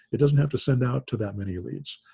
it doesn't have to send out to that many leads.